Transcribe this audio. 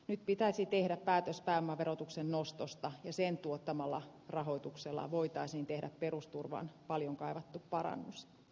nyt pitäisi tehdä päätös pääomaverotuksen nostosta ja sen tuottamalla rahoituksella voitaisiin tehdä perusturvan paljon kaivattu parannus s